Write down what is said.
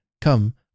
Come